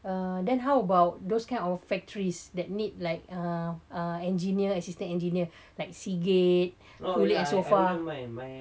err then how about those kind of factories that need like uh uh engineer assistant engineer like seagate far my my or my friend would just be our house and his is just five minutes away from ah so that's okay also ya